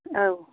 औ